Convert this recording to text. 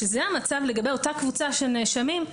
שזה המצב לגבי אותה קבוצה של נאשמים,